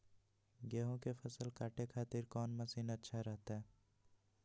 गेहूं के फसल काटे खातिर कौन मसीन अच्छा रहतय?